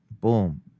Boom